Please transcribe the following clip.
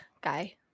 guy